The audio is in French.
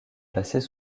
placées